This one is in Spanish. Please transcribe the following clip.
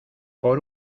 por